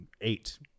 eight